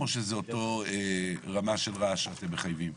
או שזה אותו רמה של רעש שאתם מחייבים?